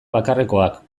bakarrekoak